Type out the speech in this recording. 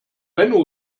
benno